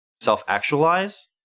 self-actualize